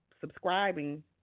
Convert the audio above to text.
subscribing